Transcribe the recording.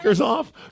off